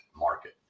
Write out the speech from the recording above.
market